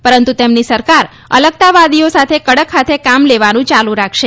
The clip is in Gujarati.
પરંતુ તેમની સરકાર અલગતાવાદીઓ સાથે કડક હાથે કામ લેવાનું ચાલુ રાખશે